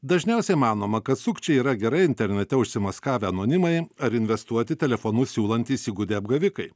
dažniausiai manoma kad sukčiai yra gerai internete užsimaskavę anonimai ar investuoti telefonu siūlantys įgudę apgavikai